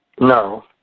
No